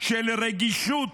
של רגישות